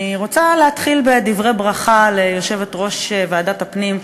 אני רוצה להתחיל בדברי ברכה ליושבת-ראש ועדת הפנים,